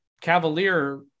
cavalier